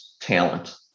talent